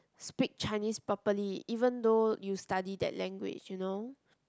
speak Chinese properly even though you study that language you know